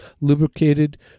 lubricated